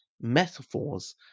metaphors